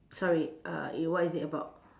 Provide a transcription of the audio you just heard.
sorry uh you what is it about